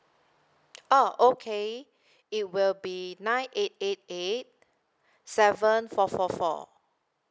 oh okay it will be nine eight eight eight seven four four four